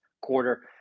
quarter